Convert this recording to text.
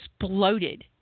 exploded